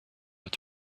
what